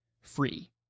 free